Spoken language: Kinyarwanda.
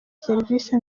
serivisi